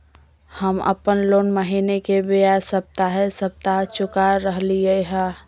हम अप्पन लोन महीने के बजाय सप्ताहे सप्ताह चुका रहलिओ हें